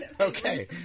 Okay